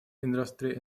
industry